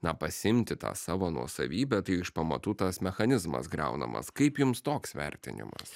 na pasiimti tą savo nuosavybę tai iš pamatų tas mechanizmas griaunamas kaip jums toks vertinimas